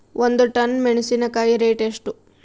ಒಂದು ಟನ್ ಮೆನೆಸಿನಕಾಯಿ ರೇಟ್ ಎಷ್ಟು?